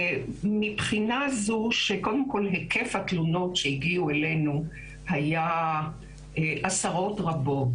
מבחינה זו שקודם כל היקף התלונות שהגיעו אלינו היה עשרות רבות.